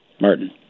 martin